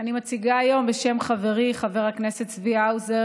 אני מציגה היום חוק בשם חברי חבר הכנסת צבי האוזר,